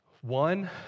One